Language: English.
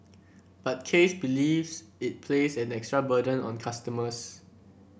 but case believes it place an extra burden on customers